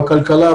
בכלכלה,